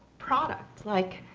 product, like,